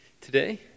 today